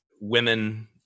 women